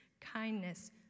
kindness